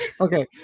Okay